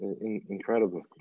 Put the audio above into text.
incredible